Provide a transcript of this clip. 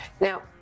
Now